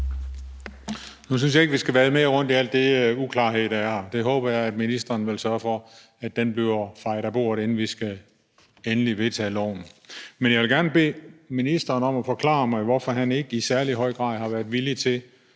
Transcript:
Nu synes jeg ikke, vi skal vade mere rundt i alt den uklarhed, der er, og den håber jeg at ministeren vil sørge for bliver fejet af bordet, inden vi skal vedtage lovforslaget endeligt. Men jeg vil gerne bede ministeren om at forklare, hvorfor han ikke i særlig høj grad har været villig til